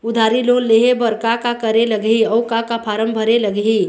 उधारी लोन लेहे बर का का करे लगही अऊ का का फार्म भरे लगही?